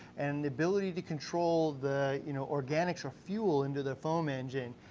and ability to control the you know organics or fuel into the foam engine.